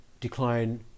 decline